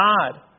God